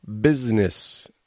business